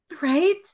Right